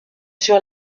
sur